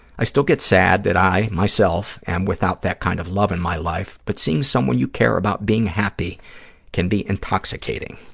i still get sad that i, myself, am without that kind of love in my life, but seeing someone you care about being happy can be intoxicating.